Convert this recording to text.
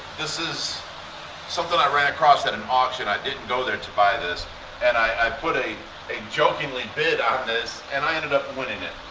this is something i ran across at an auction. i didn't go there to buy this and i put a a jokingly bid on this and i ended up winning it.